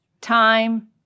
time